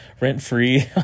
rent-free